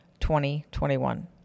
2021